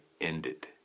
ended